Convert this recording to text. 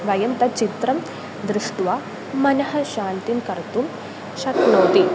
वयं तच्चित्रं दृष्ट्वा मनः शान्तिं कर्तुं शक्नोति